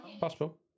Possible